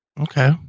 Okay